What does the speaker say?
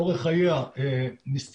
אורך חייה מסתיים,